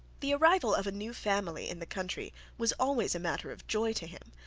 the arrival of a new family in the country was always a matter of joy to him,